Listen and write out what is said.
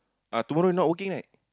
ah tomorrow you not working right